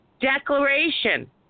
declaration